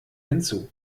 hinzu